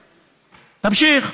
תמשיך.